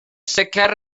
sicr